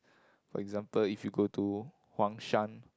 for example if you go to Huangshan